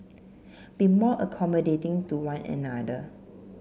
be more accommodating to one another